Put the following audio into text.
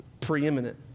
preeminent